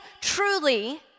truly